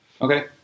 okay